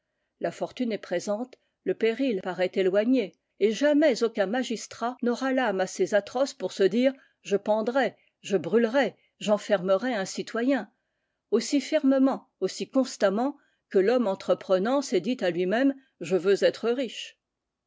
la fortune est présente le péril paraît éloigné et jamais aucun magistrat n'aura l'âme assez atroce pour se dire je pendrai je brûlerai j'enfermerai un citoyen aussi fermement aussi constamment que l'homme entreprenant s'est dit à lui-même je veux être riche